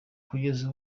kugeza